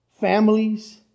families